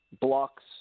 Block's